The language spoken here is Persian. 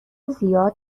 زیاد